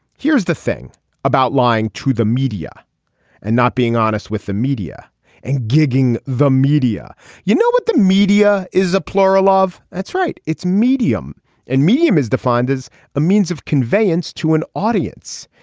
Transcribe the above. here's the thing about lying to the media and not being honest with the media and gigging the media you know what the media is a plural of. that's right. it's medium and medium is defined as a means of conveyance to an audience.